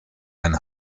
ein